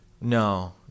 No